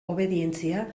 obedientzia